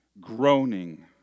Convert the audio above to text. groaning